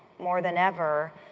more than ever,